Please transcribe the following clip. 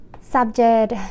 subject